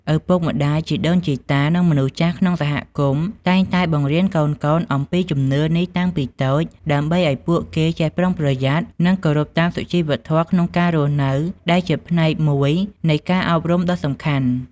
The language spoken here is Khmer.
ឪពុកម្ដាយ ជីដូនជីតា និងមនុស្សចាស់ក្នុងសហគមន៍ តែងតែបង្រៀនកូនៗអំពីជំនឿនេះតាំងពីតូច ដើម្បីឲ្យពួកគេចេះប្រុងប្រយ័ត្ន និងគោរពតាមសុជីវធម៌ក្នុងការរស់នៅ ដែលជាផ្នែកមួយនៃការអប់រំដ៏សំខាន់។